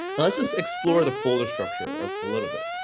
let's just explore the folder structure or a little bit.